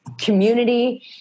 community